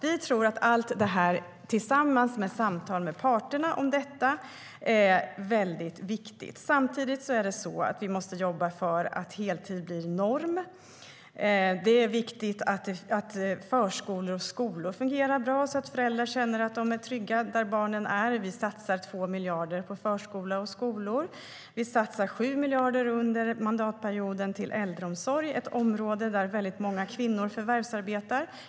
Vi tror att allt detta tillsammans med samtal med parterna är mycket viktigt. Samtidigt måste vi jobba för att heltid blir norm. Det är viktigt att förskolor och skolor fungerar bra, så att föräldrar känner att de är trygga där barnen är. Vi satsar 2 miljarder på förskola och skolor. Vi satsar under mandatperioden 7 miljarder på äldreomsorg, ett område där många kvinnor förvärvsarbetar.